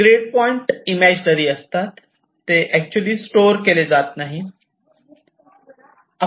grid point imaginary असतात ते actually store केले जात नाही